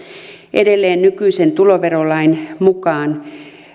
edelleen nykyisen tuloverolain mukaan